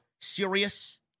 serious